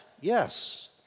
yes